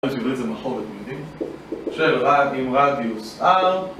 אולי זה יובל את זה מאחור, אתם יודעים? של רדיוס R